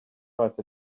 write